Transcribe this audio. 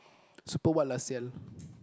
super what lah [sial]